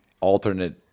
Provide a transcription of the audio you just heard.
alternate